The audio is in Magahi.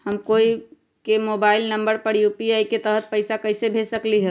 हम कोई के मोबाइल नंबर पर यू.पी.आई के तहत पईसा कईसे भेज सकली ह?